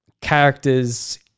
characters